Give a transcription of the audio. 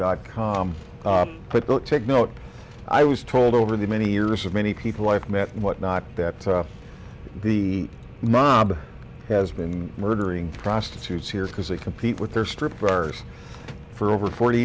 dot com but don't take note i was told over the many years of many people i've met and whatnot that the mob has been murdering prostitutes here because they complete with their strip bars for over forty